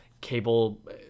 cable